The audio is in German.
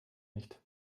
nicht